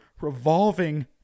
revolving